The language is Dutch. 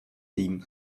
team